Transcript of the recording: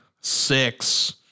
six